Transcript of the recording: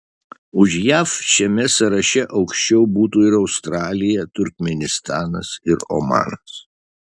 už jav šiame sąraše aukščiau būtų ir australija turkmėnistanas ir omanas